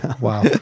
wow